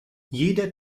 jeder